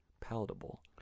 palatable